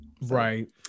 Right